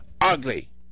ugly